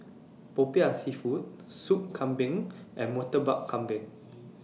Popiah Seafood Soup Kambing and Murtabak Kambing